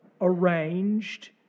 arranged